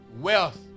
wealth